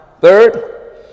Third